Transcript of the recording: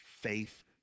Faith